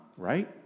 right